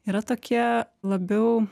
yra tokie labiau